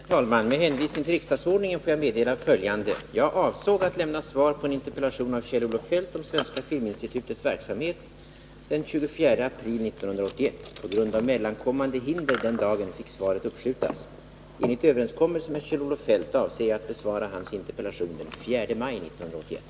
Herr talman! Med hänvisning till riksdagsordningen får jag meddela följande. Jag avsåg att lämna svar på en interpellation av Kjell-Olof Feldt om Svenska filminstitutets verksamhet den 24 april 1981. På grund av mellankommande hinder den dagen fick svaret uppskjutas. Enligt överenskommelse med Kjell-Olof Feldt avser jag att besvara hans interpellation den 4 maj 1981.